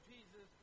Jesus